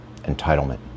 entitlement